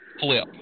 flip